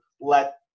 let